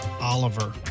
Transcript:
Oliver